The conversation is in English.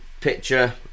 picture